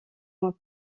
mois